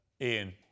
Ian